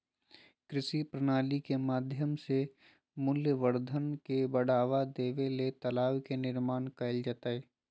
कृषि प्रणाली के माध्यम से मूल्यवर्धन के बढ़ावा देबे ले तालाब के निर्माण कैल जैतय